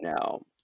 No